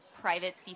private